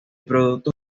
productos